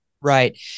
Right